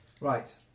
Right